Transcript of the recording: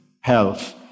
health